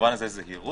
במובן הזה זה זהירות.